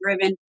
driven